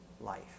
life